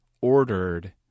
ordered